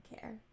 care